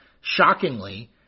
shockingly